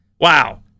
Wow